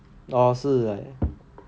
ya feel like